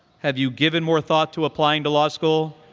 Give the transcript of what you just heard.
have you given more thought to applying to law school?